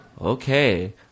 okay